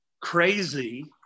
crazy